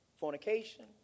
fornication